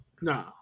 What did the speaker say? No